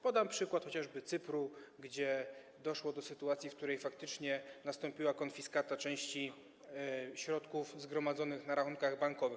Podam przykład chociażby Cypru, gdzie doszło do sytuacji, w której faktycznie nastąpiła konfiskata części środków zgromadzonych na rachunkach bankowych.